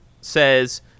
says